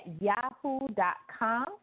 yahoo.com